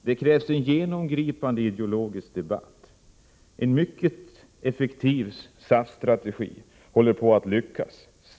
Det krävs en genomgripande ideologisk debatt. En mycket effektiv SAF-strategi håller på att lyckas.